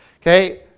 Okay